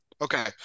Okay